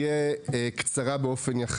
הישיבה הזו הבוקר תהיה קצרה באופן יחסי,